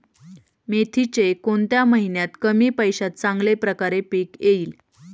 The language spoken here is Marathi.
मेथीचे कोणत्या महिन्यात कमी पैशात चांगल्या प्रकारे पीक येईल?